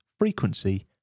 frequency